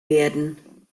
werden